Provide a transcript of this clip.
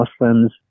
Muslims